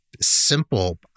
simple